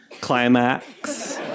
climax